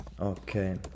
Okay